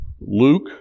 Luke